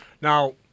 Now